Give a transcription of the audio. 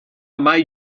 may